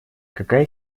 какая